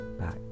back